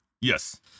Yes